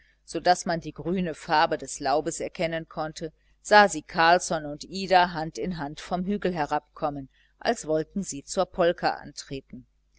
so daß man die grüne farbe des laubes erkennen konnte sah sie carlsson und ida hand in hand vom hügel herabkommen als wollten sie zur polka antreten